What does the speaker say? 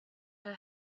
her